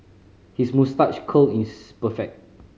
his moustache curl is perfect